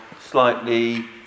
slightly